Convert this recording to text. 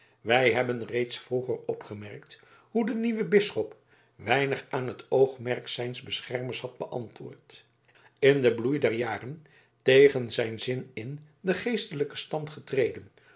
wij hebben reeds vroeger opgemerkt hoe de nieuwe bisschop weinig aan het oogmerk zijns beschermers had beantwoord in den bloei der jaren tegen zijn zin in den geestelijken stand getreden